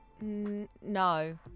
No